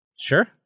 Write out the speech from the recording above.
sure